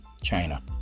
China